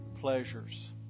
pleasures